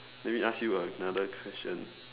let me ask you another question